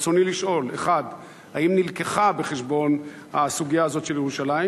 רצוני לשאול: 1 האם הובאה בחשבון הסוגיה הזאת של ירושלים?